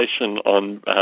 on